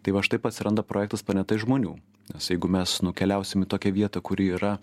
tai va šitaip atsiranda projektas planeta iš žmonių nes jeigu mes nukeliausim į tokią vietą kuri yra